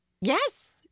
Yes